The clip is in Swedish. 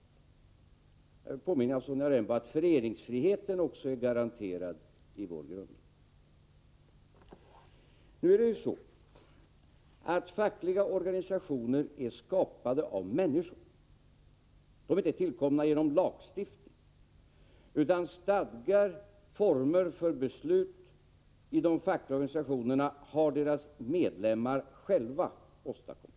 Jag vill påminna Sonja Rembo om att även föreningsfriheten är garanterad i vår grundlag. Nu är det ju så att fackliga organisationer är skapade av människor. De är inte tillkomna genom lagstiftning, utan stadgar och former för beslut i de fackliga organisationerna har föreningarnas medlemmar själva åstadkommit.